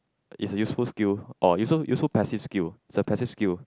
is a useful skill or useful useful passive skill is a passive skill